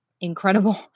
incredible